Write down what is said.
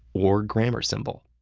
or grammar symbol.